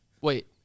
Wait